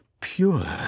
pure